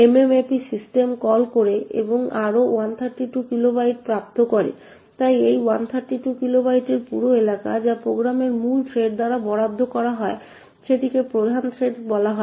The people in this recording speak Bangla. mmap সিস্টেম কল করে এবং আরও 132 কিলোবাইট প্রাপ্ত করে তাই এই 132 কিলোবাইটের পুরো এলাকা যা প্রোগ্রামের মূল থ্রেড দ্বারা বরাদ্দ করা হয় সেটিকে প্রধান থ্রেড বলা হয়